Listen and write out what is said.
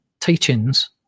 teachings